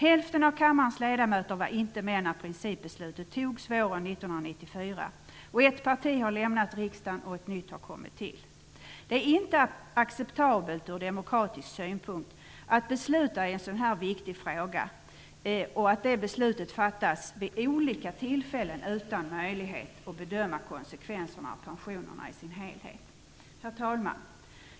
Hälften av kammarens ledamöter var inte med när principbeslutet togs våren 1994. Ett parti har lämnat riksdagen och ett nytt har kommit till. Det är inte acceptabelt ur demokratisk synpunkt att beslut i en så här viktig fråga fattas vid olika tillfällen utan att möjlighet ges att bedöma konsekvenserna av pensionssystemet i sin helhet. Herr talman!